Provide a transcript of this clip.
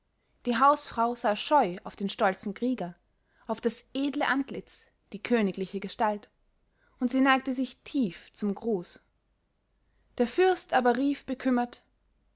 die hausfrau sah scheu auf den stolzen krieger auf das edle antlitz die königliche gestalt und sie neigte sich tief zum gruß der fürst aber rief bekümmert